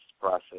process